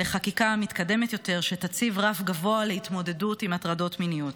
לחקיקה מתקדמת יותר שתציב רף גבוה להתמודדות עם הטרדות מיניות.